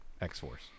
X-Force